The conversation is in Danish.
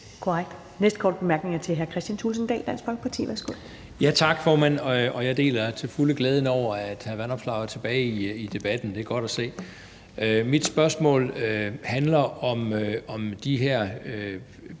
Korrekt. Den næste korte bemærkning er fra hr. Kristian Thulesen Dahl, Dansk Folkeparti. Værsgo. Kl. 15:34 Kristian Thulesen Dahl (DF): Tak, formand, og jeg deler til fulde glæden over, at hr. Alex Vanopslagh er tilbage i debatten. Det er godt at se. Mit spørgsmål handler om de her